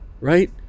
right